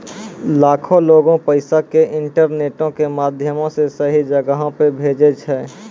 लाखो लोगें पैसा के इंटरनेटो के माध्यमो से सही जगहो पे भेजै छै